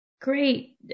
great